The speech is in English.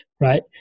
right